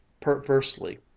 perversely